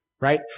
right